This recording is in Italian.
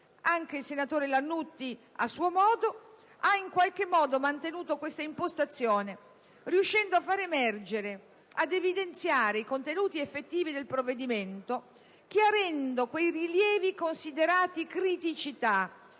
anche il senatore Lannutti) - ha mantenuto questa impostazione, riuscendo a far emergere e ad evidenziare i contenuti effettivi del provvedimento, chiarendo quei rilievi considerati criticità